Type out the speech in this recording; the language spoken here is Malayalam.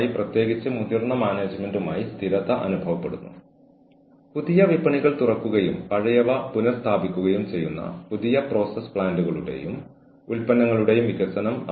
ഈ പ്രത്യേക പ്രഭാഷണത്തിനായി ഞാൻ ഉപയോഗിച്ച എല്ലാ മെറ്റീരിയലുകളും നമ്മൾ പരാമർശിച്ച പുസ്തകത്തിൽ നിന്ന് എടുത്തിട്ടുണ്ട് അത് ഗോമസ് മെജിയ ബാൽക്കിന്റെയും Gomez Mejia Balkin and Cardy കാർഡിയുടെയും പുസ്തകമാണ്